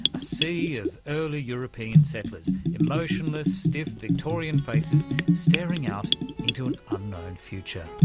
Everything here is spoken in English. a sea of early european settlers emotionless, stiff, victorian faces staring out into an unknown future.